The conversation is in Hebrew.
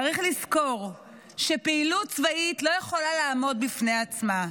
צריך לזכור שפעילות צבאית לא יכולה לעמוד בפני עצמה.